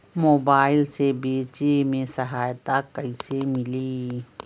Mobile से बेचे में सहायता कईसे मिली?